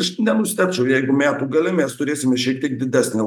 aš nenustebčiau jeigu metų gale mes turėsime šiek tiek didesnį